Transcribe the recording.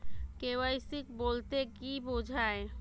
KYC বলতে কি বোঝায়?